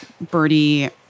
Birdie